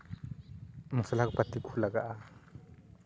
ᱢᱚᱥᱞᱟᱯᱟᱹᱛᱤ ᱠᱚ ᱞᱟᱜᱟᱜᱼᱟ